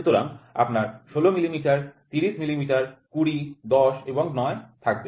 সুতরাং আপনার ১৬ millimetre ৩০ millimetre ২০ ১০ এবং ৯ থাকবে